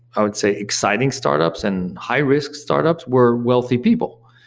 i would say exciting startups and high-risk startups were wealthy people.